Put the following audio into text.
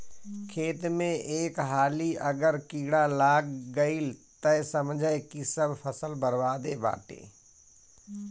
खेत में एक हाली अगर कीड़ा लाग गईल तअ समझअ की सब फसल बरबादे बाटे